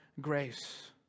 grace